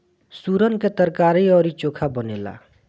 सुरन के तरकारी अउरी चोखा बनेला